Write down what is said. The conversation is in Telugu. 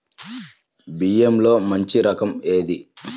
బియ్యంలో మంచి రకం ఏది?